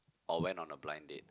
or went on a blind date